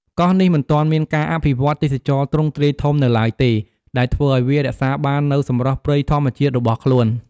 កោះនេះមិនទាន់មានការអភិវឌ្ឍន៍ទេសចរណ៍ទ្រង់ទ្រាយធំនៅឡើយទេ ដែលធ្វើឱ្យវារក្សាបាននូវសម្រស់ព្រៃធម្មជាតិរបស់ខ្លួន។